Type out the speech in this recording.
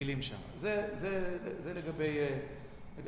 זה לגבי...